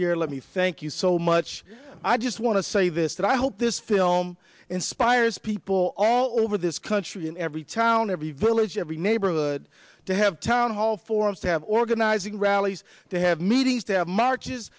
here let me thank you so much i just want to say this that i hope this film inspires people all over this country in every town every village every neighborhood to have town hall for us to have organizing rallies to have meetings to have marches